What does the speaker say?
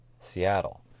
Seattle